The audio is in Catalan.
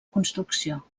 construcció